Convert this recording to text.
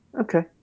Okay